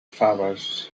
faves